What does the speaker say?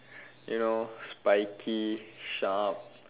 you know spiky sharp